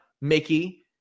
mickey